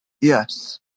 Yes